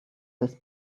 this